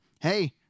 hey